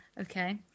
Okay